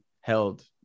held